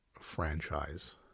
franchise